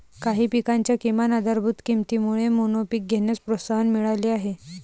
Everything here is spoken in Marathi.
काही पिकांच्या किमान आधारभूत किमतीमुळे मोनोपीक घेण्यास प्रोत्साहन मिळाले आहे